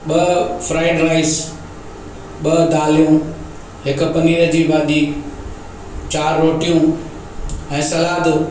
ॿ fried rice ॿ दालियूं हिक पनीर जी भाॼी चारि रोटियूं ऐं सलाद